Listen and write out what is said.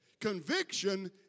Conviction